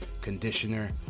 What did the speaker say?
conditioner